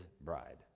bride